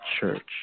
church